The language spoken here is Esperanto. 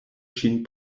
ŝin